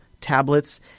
tablets